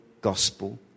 gospel